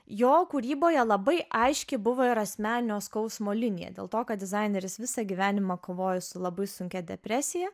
jo kūryboje labai aiškiai buvo ir asmeninio skausmo linija dėl to kad dizaineris visą gyvenimą kovojo su labai sunkia depresija